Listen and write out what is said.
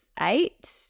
eight